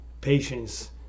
patience